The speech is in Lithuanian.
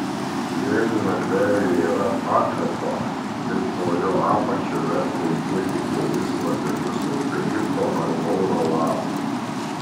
jeigu narvelyje yra pakrato tai po jo apačia verta įdėti kelis lapelius eukalipto ar lauro lapų